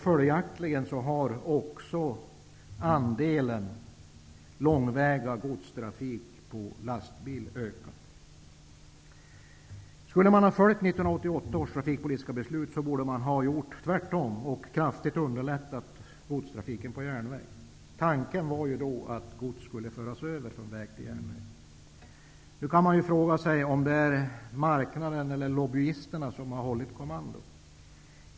Följaktligen har andelen långväga godsvägstrafik på lastbil ökat. Om man hade följt 1988 års trafikpolitiska beslut borde man ha gjort tvärtom och kraftigt underlättat godstrafiken på järnväg. Tanken var att gods skulle föras över från väg till järnväg. Nu kan man fråga sig om det är marknaden eller lobbyisterna som har tagit kommandot.